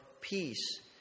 peace